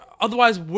otherwise